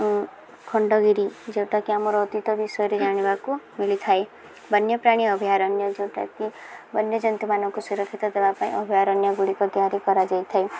ଖଣ୍ଡଗିରି ଯେଉଁଟାକି ଆମର ଅତୀତ ବିଷୟରେ ଜାଣିବାକୁ ମିଳିଥାଏ ବନ୍ୟପ୍ରାଣୀ ଅଭୟାରଣ୍ୟ ଯେଉଁଟାକି ବନ୍ୟଜନ୍ତୁମାନଙ୍କୁ ସୁରକ୍ଷିତ ଦେବା ପାଇଁ ଅଭୟାରଣ୍ୟ ଗୁଡ଼ିକ ତିଆରି କରାଯାଇଥାଏ